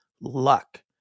luck